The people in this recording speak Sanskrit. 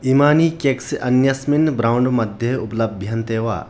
इमानि केक्स् अन्यस्मिन् ब्राण्ड् मध्ये उपलभ्यन्ते वा